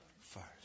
first